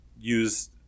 use